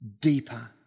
deeper